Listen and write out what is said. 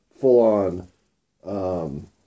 full-on